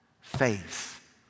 faith